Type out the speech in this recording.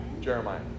Jeremiah